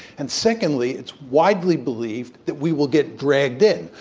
and secondly, it's widely believed that we will get dragged in.